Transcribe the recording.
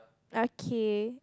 okay